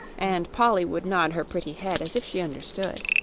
and polly would nod her pretty head as if she understood.